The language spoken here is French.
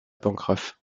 pencroff